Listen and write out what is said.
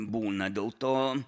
būna dėl to